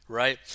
right